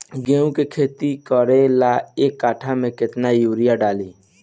गेहूं के खेती करे ला एक काठा में केतना युरीयाँ डाली?